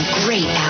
great